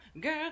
Girl